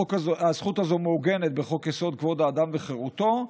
הזכות הזו מעוגנת בחוק-יסוד: כבוד האדם וחירותו,